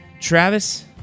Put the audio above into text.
Travis